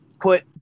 put